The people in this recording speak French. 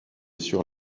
sur